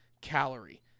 calorie